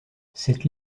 cette